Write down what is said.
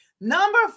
Number